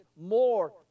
more